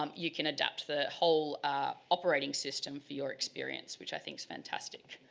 um you can adapt the whole operating system for your experience, which i think is fantastic.